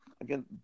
Again